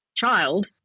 child